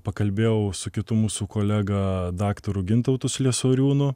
pakalbėjau su kitu mūsų kolega daktaru gintautu sliesoriūnu